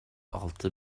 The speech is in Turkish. altı